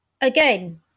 Again